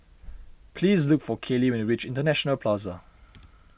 please look for Caylee when you reach International Plaza